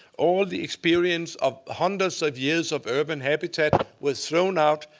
all the experience of hundreds of years of urban habitat was thrown out.